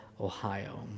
Ohio